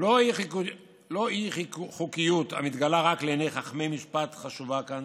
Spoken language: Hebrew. לא אי-חוקיות המתגלה רק לעיני חכמי משפט חשובה כאן,